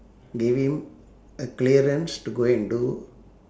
gave him a clearance to go and do